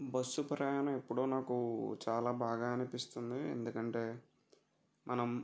bus ప్రయాణం ఎప్పుడూ నాకు చాలా బాగా అనిపిస్తుంది ఎందుకంటే మనం